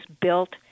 built